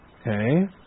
Okay